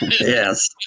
Yes